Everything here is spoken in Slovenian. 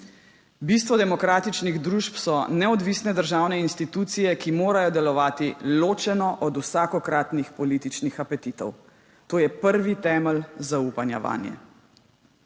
Bistvo demokratičnih družb so neodvisne državne institucije, ki morajo delovati ločeno od vsakokratnih političnih apetitov. To je prvi temelj zaupanja vanje.